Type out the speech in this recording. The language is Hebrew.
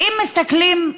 אם מסתכלים,